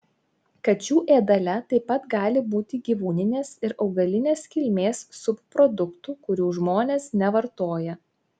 kačių ėdale taip pat gali būti gyvūnines ir augalinės kilmės subproduktų kurių žmonės nevartoja